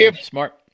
smart